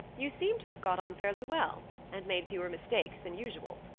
you seem to have got on fairly well and made fewer mistakes than usual.